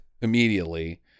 immediately